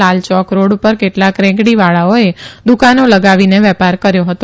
Lal Chowk road પર કેટલાક રેકડીવાળાઓએ દુકાનો લગાવીને વેપાર કર્યો હતો